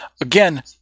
again